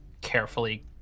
carefully